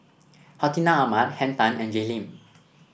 Hartinah Ahmad Henn Tan and Jay Lim